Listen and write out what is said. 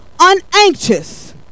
Unanxious